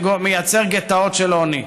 זה מייצר גטאות של עוני.